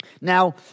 Now